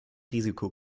risiko